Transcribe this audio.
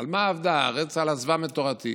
"על מה אבדה הארץ, על עזבם את תורתי".